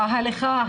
ההליכה,